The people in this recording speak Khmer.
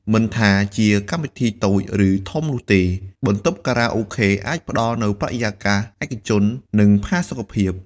មិនថាជាកម្មវិធីតូច ឬធំនោះទេ បន្ទប់ខារ៉ាអូខេអាចផ្តល់នូវបរិយាកាសឯកជន និងផាសុកភាព។